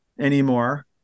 anymore